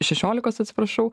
šešiolikos atsiprašau